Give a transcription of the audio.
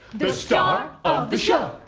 the star of the show!